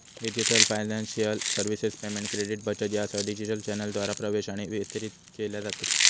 digital financial services payment, credit, बचत यासह digital चॅनेलद्वारा प्रवेश आणि वितरित केल्या जातत